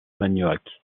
magnoac